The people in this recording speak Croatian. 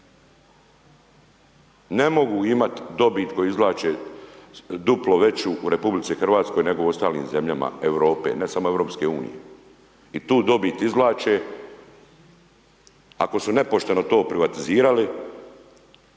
Ne mogu imati dobit koju izvlače duplo veću u RH nego u ostalim zemljama Europe, ne samo EU i tu dobit izvlače. Ako su nepošteno to privatizirali,